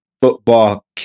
football